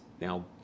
now